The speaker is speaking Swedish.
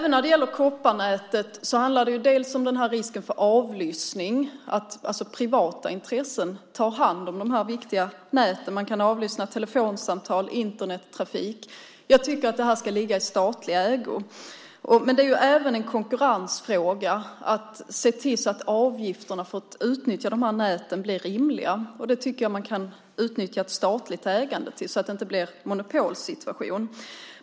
När det gäller kopparnätet handlar det bland annat om risken för avlyssning när privata intressen tar hand om dessa viktiga nät. Man kan avlyssna telefonsamtal och Internettrafik. Jag tycker att detta ska ligga i statlig ägo. Men det är även en konkurrensfråga att man ser till att avgifterna för att utnyttja dessa nät blir rimliga. Där tycker jag att man kan utnyttja ett statligt ägande, så att det inte blir en monopolsituation.